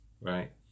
Right